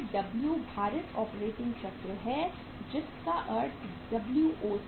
यह W भारित operating चक्र है जिसका अर्थ है WOC